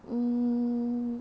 mmhmm